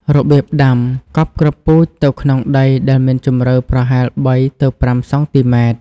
របៀបដាំ កប់គ្រាប់ពូជទៅក្នុងដីដែលមានជម្រៅប្រហែល ៣ ទៅ ៥ សង់ទីម៉ែត្រ។